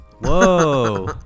Whoa